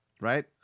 Right